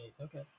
okay